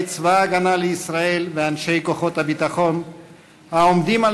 צבא הגנה לישראל ואנשי כוחות הביטחון העומדים על